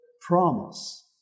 promise